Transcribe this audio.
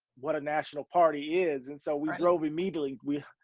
what a national party is. and so, we drove immediately. we,